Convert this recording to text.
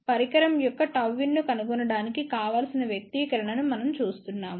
పరికరం యొక్కΓin ను కనుగొనడానికి కావలసిన వ్యక్తీకరణను మనం చూస్తున్నాము